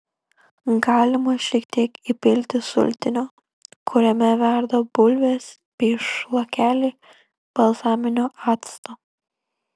galima šiek tiek įpilti sultinio kuriame verda bulvės bei šlakelį balzaminio acto